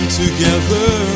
together